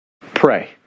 Pray